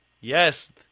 Yes